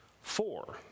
four